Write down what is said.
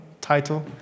title